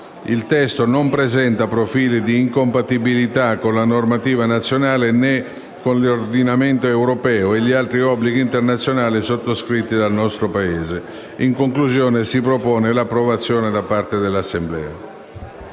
Il testo non presenta profili di incompatibilità con la normativa nazionale, né con l'ordinamento europeo e gli altri obblighi internazionali sottoscritti dal nostro Paese. In conclusione, si propone l'approvazione da parte dell'Assemblea.